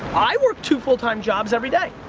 i work two full-time jobs every day.